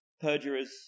perjurers